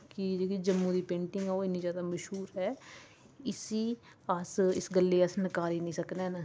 कि जम्मू दी पैंटिंग बहुत जैदा मश्हूर ऐ इसी अस इस गल्लै गी नकारी निं सकने